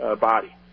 body